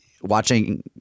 watching